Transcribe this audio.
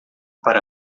para